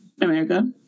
America